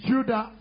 Judah